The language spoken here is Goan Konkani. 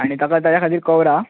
आनी ताका ताज्या खातीर कवरां